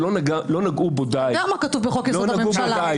וכך היה גם לגבי הוועדה לבחירת שופטים.